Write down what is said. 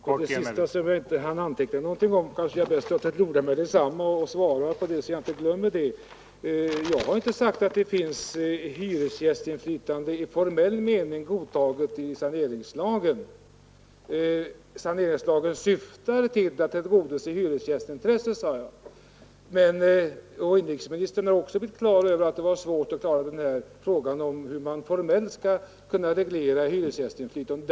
Herr talman! Det sista herr Claeson sade hann jag inte anteckna någonting om, så det är kanske bäst att jag svarar genast, så att jag inte glömmer det. Jag har inte sagt att det finns ett hyresgästinflytande i formell mening godtaget i saneringslagen. Saneringslagen syftar till att tillgodose hyresgästintresset, sade jag. Även inrikesministern har klargjort att det är svårt att lösa problemet hur man formellt skall kunna reglera hyresgästinflytandet.